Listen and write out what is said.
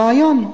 רעיון.